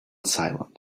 silent